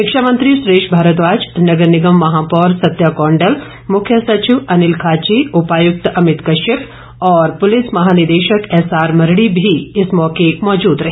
शिक्षा मंत्री सुरेश भारद्वाज नगर निगम महापौर सत्या कौंडल मुख्य सचिव अनिल खाची उपायुक्त अभित कश्यप और पुलिस महानिदशक एस आर मरड़ी भी इस मौके मौजूद रहे